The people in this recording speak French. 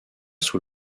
sous